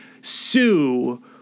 Sue